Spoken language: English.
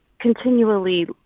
continually